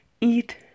eat